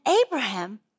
Abraham